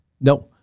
No